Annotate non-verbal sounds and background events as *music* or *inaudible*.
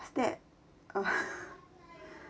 what's that *laughs*